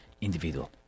individual